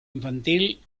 infantil